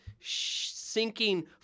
sinking